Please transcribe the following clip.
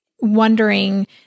wondering